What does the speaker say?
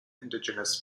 indigenous